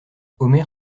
omer